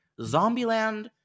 Zombieland